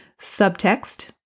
subtext